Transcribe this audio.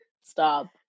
Stop